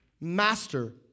Master